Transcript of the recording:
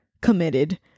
committed